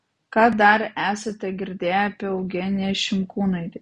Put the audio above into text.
ką dar esate girdėję apie eugeniją šimkūnaitę